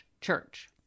church